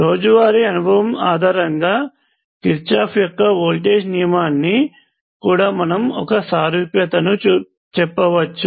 రోజువారీ అనుభవం ఆధారంగా కిర్చాఫ్ యొక్క వోల్టేజ్నియమానికి కూడా మనము ఒక సారూప్యతను చెప్పవచ్చు